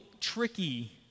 tricky